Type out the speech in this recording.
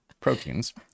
Proteins